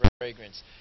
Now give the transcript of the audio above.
fragrance